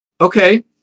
Okay